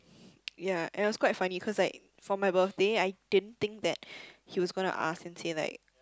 ya and it was quite funny cause like for my birthday I didn't think that he was gonna ask and say like